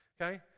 okay